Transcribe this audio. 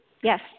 Yes